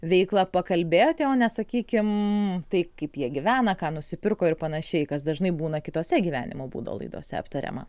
veiklą pakalbėti o ne sakykim tai kaip jie gyvena ką nusipirko ir panašiai kas dažnai būna kitose gyvenimo būdo laidose aptariama